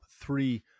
three